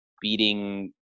beating –